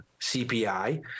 CPI